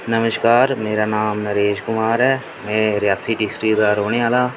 नमस्कार मेरा नां नरेश कुमार ऐ में रियासी डिस्ट्रिक दा रौह्ने आह्ला